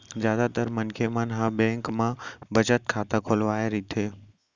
जादातर मनखे मन ह बेंक म बचत खाता खोलवाए रहिथे